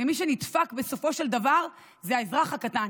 מי שנדפק בסופו של דבר זה האזרח הקטן.